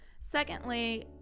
Secondly